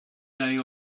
day